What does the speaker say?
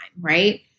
right